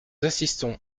assistons